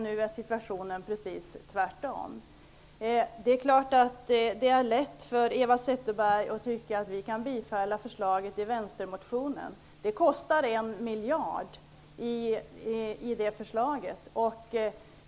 Nu är situationen precis tvärtom. Det är klart att det är lätt för Eva Zetterberg att tycka att vi kan bifalla förslaget i vänstermotionen. Det kostar en miljard.